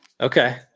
Okay